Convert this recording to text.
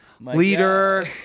leader